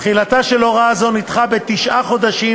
תחילתה של הוראה זו נדחתה בתשעה חודשים,